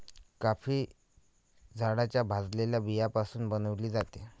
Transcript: coffee झाडाच्या भाजलेल्या बियाण्यापासून बनविली जाते